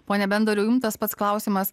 pone bendoriau jums tas pats klausimas